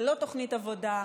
ללא תוכנית עבודה,